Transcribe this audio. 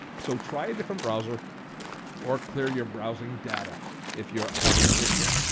so try a different browser or clear your browsing data if you're having issues.